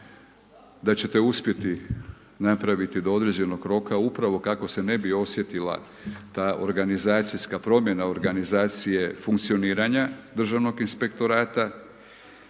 da ćete uspjeti napraviti do određenog roka, upravo kako se ne bi osjetila ta organizacijska promjena organizacije funkcionira državnog inspektorata.